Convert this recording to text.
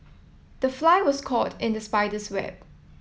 the fly was caught in the spider's web